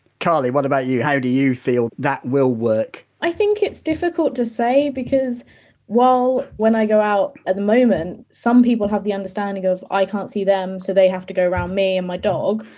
carly what about you, how do you feel that will work? i think it's difficult to say, because while when i go out at the moment, some people have the understanding of i can't see them so they have to go round me and my dog.